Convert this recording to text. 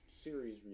series